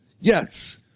yes